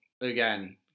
again